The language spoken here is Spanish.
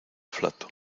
flato